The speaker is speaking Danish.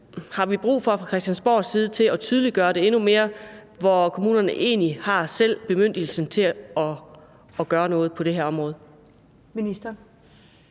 at vi fra Christiansborgs side tydeliggør det endnu mere, at kommunerne egentlig selv har bemyndigelsen til at gøre noget på det her område? Kl.